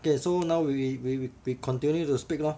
okay so now we will we continue to speak lor